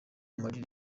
mali